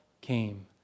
came